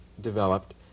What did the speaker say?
developed